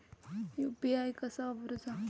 UPI कसा वापरूचा?